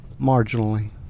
marginally